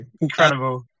Incredible